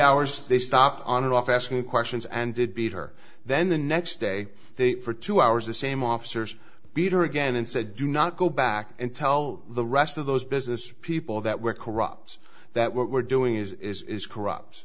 hours they stopped on and off asking questions and did beat her then the next day they for two hours the same officers beat her again and said do not go back and tell the rest of those business people that we're corrupt that what we're doing is corrupt